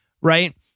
right